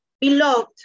Beloved